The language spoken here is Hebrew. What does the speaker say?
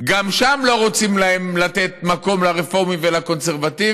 גם שם לא רוצים לתת מקום לרפורמים ולקונסרבטיבים,